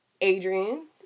Adrian